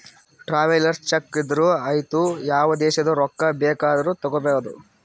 travellers cheque ಇದ್ದೂರು ಐಯ್ತ ಯಾವ ದೇಶದು ರೊಕ್ಕಾ ಬೇಕ್ ಆದೂರು ತಗೋಬೋದ